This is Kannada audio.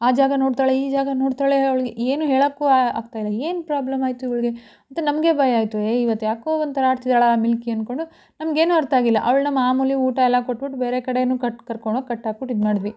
ಆ ಜಾಗ ನೋಡ್ತಾಳೆ ಈ ಜಾಗ ನೋಡ್ತಾಳೆ ಅವ್ಳಿಗೆ ಏನು ಹೇಳೋಕ್ಕೂ ಆಗ್ತಾಯಿಲ್ಲ ಏನು ಪ್ರಾಬ್ಲಮ್ಮಾಯಿತು ಇವ್ಳಿಗೆ ಅಂತ ನಮಗೆ ಭಯ ಆಯಿತು ಏ ಇವತ್ಯಾಕೋ ಒಂಥರ ಆಡ್ತಿದ್ದಾಳಲ್ಲ ಮಿಲ್ಕಿ ಅನ್ಕೊಂಡು ನಮಗೇನು ಅರ್ಥ ಆಗಿಲ್ಲ ಅವ್ಳನ್ನ ಮಾಮೂಲಿ ಊಟ ಎಲ್ಲ ಕೊಟ್ಬಿಟ್ ಬೇರೆ ಕಡೆಯೂ ಕಟ್ಟಿ ಕರ್ಕೊಂಡ್ಹೋಗಿ ಕಟ್ಟಾಕ್ಬಿಟ್ಟು ಇದ್ಮಾಡಿದ್ವಿ